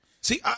See